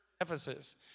Ephesus